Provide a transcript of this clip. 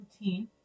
routine